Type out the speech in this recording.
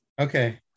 okay